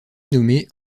nommée